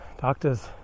doctors